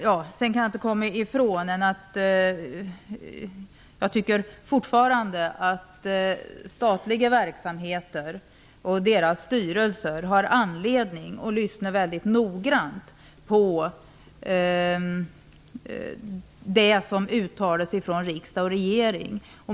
Jag tycker fortfarande, det kan jag inte komma ifrån, att statliga verksamheter och deras styrelser har anledning att lyssna mycket noggrant på det som uttalas från riksdag och regering.